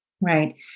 right